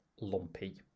Lumpy